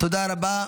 תודה רבה.